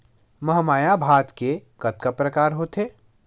महमाया भात के कतका प्रकार होथे?